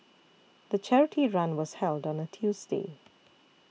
the charity run was held on Tuesday